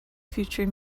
future